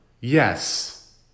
yes